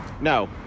No